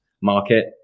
market